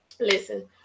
Listen